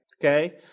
Okay